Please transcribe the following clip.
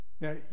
Now